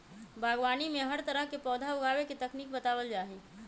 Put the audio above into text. बागवानी में हर तरह के पौधा उगावे के तकनीक बतावल जा हई